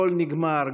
הכול נגמר,